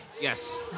Yes